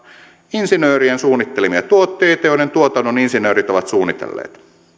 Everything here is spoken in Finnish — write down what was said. insinöörien suunnittelemia tuotteita joiden tuotannon insinöörit ovat suunnitelleet